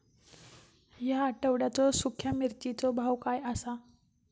या आठवड्याचो सुख्या मिर्चीचो भाव काय आसा?